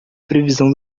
previsão